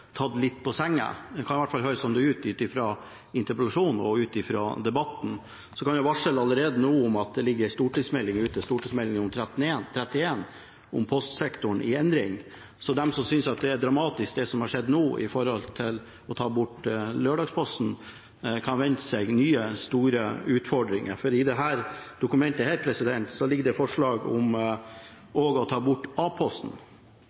tatt litt på senga. Det kan i hvert fall høres sånn ut, ut fra innstillingen og ut fra debatten. Så kan jeg allerede nå varsle om at det ligger en stortingsmelding ute, Meld. St. 31 for 2015–2016, om postsektoren i endring. De som synes det er dramatisk, det som har skjedd nå som gjelder å ta bort lørdagsposten, kan vente seg nye, store utfordringer. For i dette dokumentet ligger det forslag om også å ta bort A-posten så snart som mulig, på grunn av kostnader. Det ligger også inne forslag om at Posten